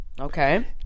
Okay